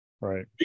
Right